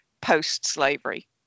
post-slavery